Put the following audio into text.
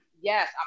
Yes